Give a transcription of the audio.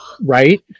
Right